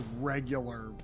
regular